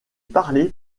parlée